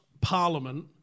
Parliament